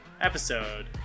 episode